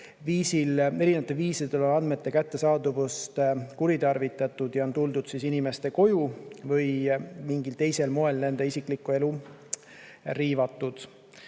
kus erinevatel viisidel on andmete kättesaadavust kuritarvitatud ja on tuldud inimeste koju või mingil teisel moel nende isiklikku elu riivatud.